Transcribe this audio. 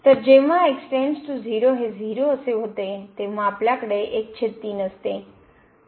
तर जेव्हा x → 0 हे 0 असे होते तेव्हा आपल्याकडे असते